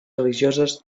religioses